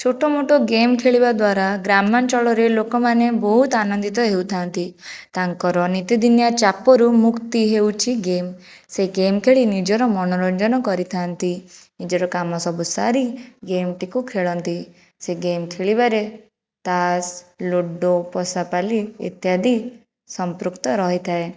ଛୋଟ ମୋଟ ଗେମ୍ ଖେଳିବା ଦ୍ଵାରା ଗ୍ରାମାଞ୍ଚଳରେ ଲୋକମାନେ ବହୁତ ଆନନ୍ଦିତ ହେଉଥାନ୍ତି ତାଙ୍କର ନୀତିଦିନିଆ ଚାପରୁ ମୁକ୍ତି ହେଉଛି ଗେମ୍ ସେ ଗେମ୍ ଖେଳି ନିଜର ମନୋରଞ୍ଜନ କରିଥାନ୍ତି ନିଜର କାମ ସବୁ ସାରି ଗେମ୍ଟିକୁ ଖେଳନ୍ତି ସେ ଗେମ୍ ଖେଳିବାରେ ତାସ ଲୁଡ଼ୋ ପଶାପାଲି ଇତ୍ୟାଦି ସମ୍ପୃକ୍ତ ରହିଥାଏ